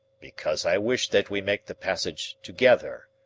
because i wish that we make the passage together.